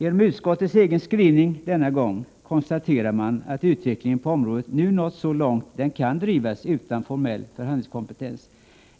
I utskottets egen skrivning denna gång konstateras att utvecklingen på området nu nått så långt den kan drivas utan formell förhandlingskompetens.